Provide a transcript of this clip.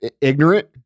ignorant